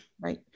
right